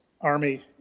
army